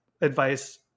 advice